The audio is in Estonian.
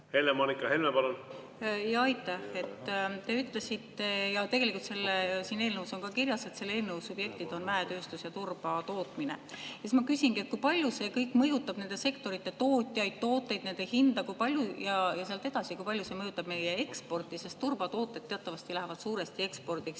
Helle-Moonika Helme, palun! Aitäh! Te ütlesite ja tegelikult siin eelnõus on ka kirjas, et selle eelnõu subjektid on mäetööstus ja turbatootmine. Ma küsingi, et kui palju see kõik mõjutab nende sektorite tootjaid, tooteid, nende hinda, ja sealt edasi, kui palju see mõjutab meie eksporti. Turbatooted lähevad teatavasti suuresti ekspordiks.